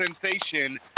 sensation